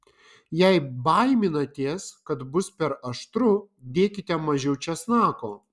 jei baiminatės kad bus per aštru dėkite mažiau česnako